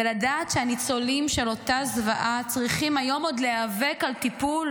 ולדעת שהניצולים של אותה זוועה צריכים היום עוד להיאבק על טיפול,